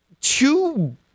two